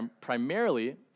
primarily